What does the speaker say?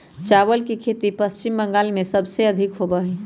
चावल के खेती पश्चिम बंगाल में सबसे अधिक होबा हई